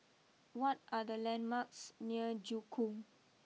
what are the landmarks near Joo Koon